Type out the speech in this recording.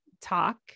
talk